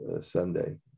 Sunday